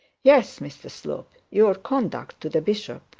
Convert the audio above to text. yes, mr slope your conduct to the bishop.